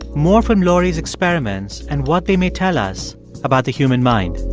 more from laurie's experiments and what they may tell us about the human mind